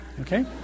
okay